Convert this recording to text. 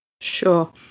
Sure